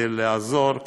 כדי לעזור,